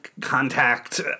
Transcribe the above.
contact